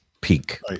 peak